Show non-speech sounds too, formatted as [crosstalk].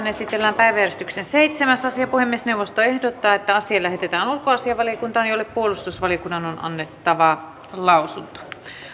[unintelligible] esitellään päiväjärjestyksen seitsemäs asia puhemiesneuvosto ehdottaa että asia lähetetään ulkoasiainvaliokuntaan jolle puolustusvaliokunnan on annettava lausunto